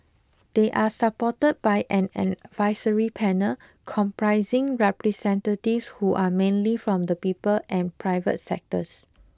they are supported by an advisory panel comprising representatives who are mainly from the people and private sectors